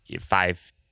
five